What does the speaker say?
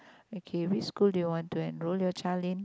okay which school you want to enroll your child in